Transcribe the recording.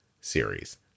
series